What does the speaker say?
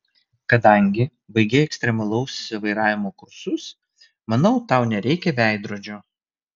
kadangi baigei ekstremalaus vairavimo kursus manau tau nereikia veidrodžio